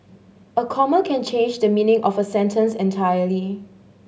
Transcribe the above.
a comma can change the meaning of a sentence entirely